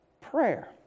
prayer